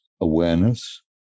Awareness